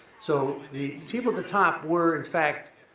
so the people at the top were in fact,